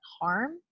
harm